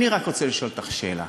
אני רק רוצה לשאול אותך שאלה,